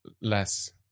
less